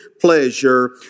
pleasure